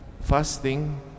fasting